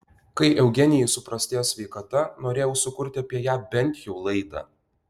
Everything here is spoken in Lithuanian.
kai eugenijai suprastėjo sveikata norėjau sukurti apie ją bent jau laidą